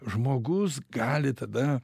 žmogus gali tada